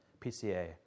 PCA